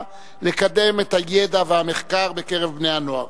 לקדם את הידע והמחקר בקרב בני-הנוער,